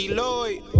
Lloyd